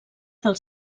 del